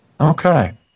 okay